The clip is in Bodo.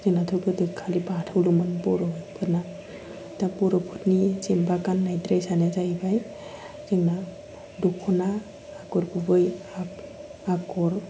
जोंनाथ' गोदो खालि बाथौल'मोन बर'फोरना दा बर'फोरनि जेनेबा गाननाय जोमनायानो जाहैबाय दख'ना आगर गुबै आगर